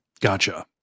Gotcha